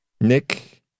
Nick